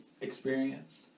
experience